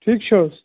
ٹھیٖک چھا حظ